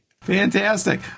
Fantastic